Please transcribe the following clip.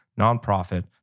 nonprofit